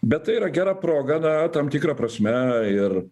bet tai yra gera proga na tam tikra prasme ir